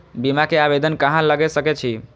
बीमा के आवेदन कहाँ लगा सके छी?